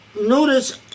notice